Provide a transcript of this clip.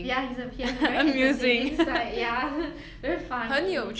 ya he's a he has a very entertaining side ya very funny